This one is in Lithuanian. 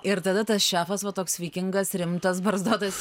ir tada tas šefas va toks vikingas rimtas barzdotas